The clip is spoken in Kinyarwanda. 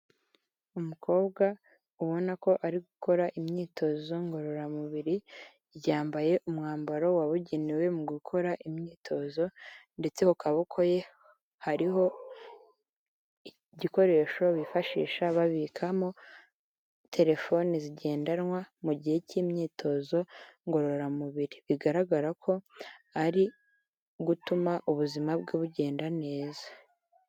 Umukobwa ubona ko ari gukora imyitozo ngororamubiri yambaye umwambaro wabugenewe mu gukora imyitozo ndetse ku kaboko ye hariho igikoresho bifashisha babikamo telefoni zigendanwa mu gihe cy'imyitozo ngororamubiri, bigaragara ko ari gutuma ubuzima bwe bugenda neza.